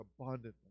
abundantly